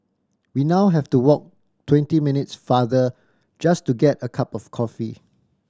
we now have to walk twenty minutes farther just to get a cup of coffee